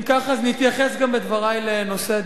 אם כך, אז נתייחס בדברי לנושא הדיור,